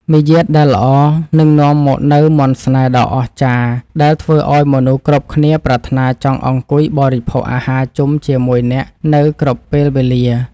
មារយាទដែលល្អនឹងនាំមកនូវមន្តស្នេហ៍ដ៏អស្ចារ្យដែលធ្វើឱ្យមនុស្សគ្រប់គ្នាប្រាថ្នាចង់អង្គុយបរិភោគអាហារជុំជាមួយអ្នកនៅគ្រប់ពេលវេលា។